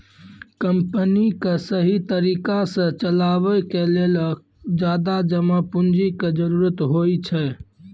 company क सहि तरिका सह चलावे के लेलो ज्यादा जमा पुन्जी के जरुरत होइ छै